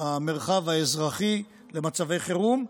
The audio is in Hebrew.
המרחב האזרחי למצבי חירום.